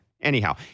Anyhow